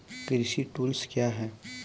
कृषि टुल्स क्या हैं?